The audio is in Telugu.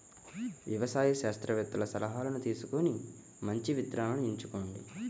వ్యవసాయ శాస్త్రవేత్తల సలాహాను తీసుకొని మంచి విత్తనాలను ఎంచుకోండి